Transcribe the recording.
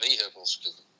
vehicles